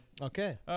Okay